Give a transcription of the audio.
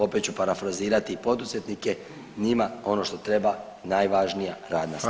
Opet ću parafrazirati poduzetnike, njima ono što treba najvažnija radna snaga.